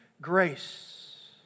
grace